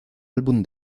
álbum